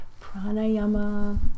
pranayama